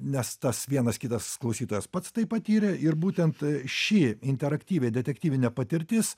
nes tas vienas kitas klausytojas pats tai patyrė ir būtent ši interaktyvi detektyvinė patirtis